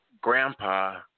grandpa